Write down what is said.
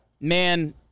Man